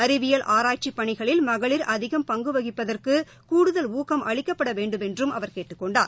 அறிவியல் ஆராய்ச்சிப் பணிகளில் மகளிர் அதிகம் பங்குவகிப்பதற்குகூடுதல் ஊக்கம் அளிக்கப்படவேண்டுமென்றும் அவர் கேட்டுக் கொண்டார்